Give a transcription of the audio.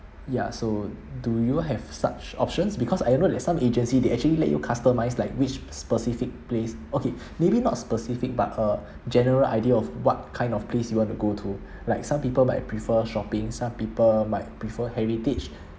ya so do you have such options because I know that some agencies they actually let you customise like which specific place okay maybe not specific but a general idea of what kind of place you want to go to like some people might prefer shopping some people might prefer heritage